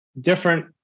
different